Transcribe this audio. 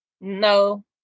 No